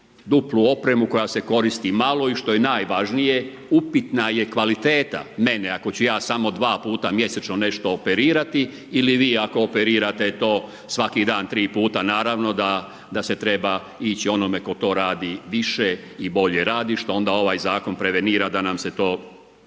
duplu opremu koja se koristi malo i što je najvažnije, upitna je kvaliteta mene ako ću ja samo dva puta mjesečno nešto operirati ili vi ako operirate to svaki dan tri puta, naravno da se treba ići onome tko to radi više i bolje radi što ovaj zakon prevenira da nam se to